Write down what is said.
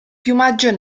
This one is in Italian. piumaggio